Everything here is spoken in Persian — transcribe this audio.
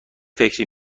فکری